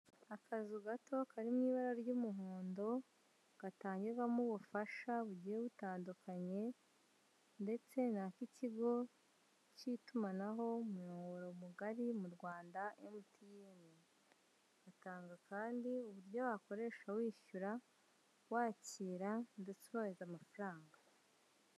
Akazu gato kari mu ibara ry'umuhondo gatangirwamo ubufasha bugiye butandukanye ndetse ni ak'ikigo k'itumanaho umuyoboro mugari mu Rwanda emutiyene batanga kandi uburyo wakoresha wishyura, wakira ndetse wohereza amafaranga.